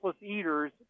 eaters